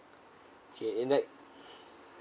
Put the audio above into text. okay in that